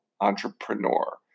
entrepreneur